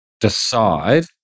decide